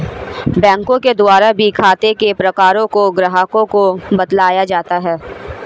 बैंकों के द्वारा भी खाते के प्रकारों को ग्राहकों को बतलाया जाता है